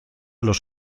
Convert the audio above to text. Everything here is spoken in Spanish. los